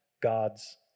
God's